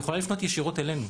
היא יכולה לפנות ישירות אלינו.